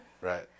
Right